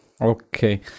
Okay